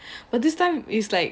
but this time is like